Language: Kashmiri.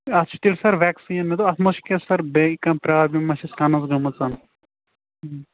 اَتھ چھُ تیٚلہِ سَر ویٚکسیٖن مےٚ دوٚپ اَتھ ما چھُ کیٚنٛہہ بیٚیہِ کانٛہہ پرٛابلِم ما چھِ کَنَس گٲمٕژ